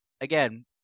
again